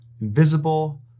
invisible